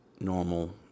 normal